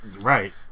right